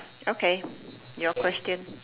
okay your question